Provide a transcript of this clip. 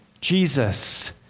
Jesus